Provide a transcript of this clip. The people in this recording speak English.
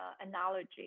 analogy